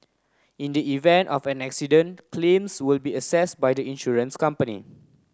in the event of an accident claims will be assessed by the insurance company